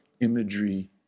imagery